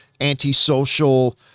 antisocial